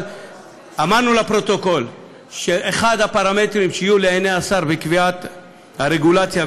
אבל אמרנו לפרוטוקול שאחד הפרמטרים שיהיה לעיני השר בקביעת הרגולציה,